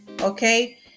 okay